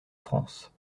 france